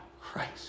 Christ